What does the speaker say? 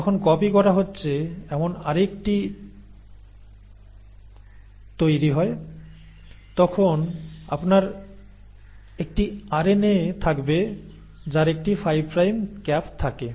যখন কপি করা হচ্ছে এমন আরএনএটি তৈরি হয় তখন আপনার একটি আরএনএ থাকবে যার একটি 5 প্রাইম ক্যাপ থাকে